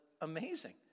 amazing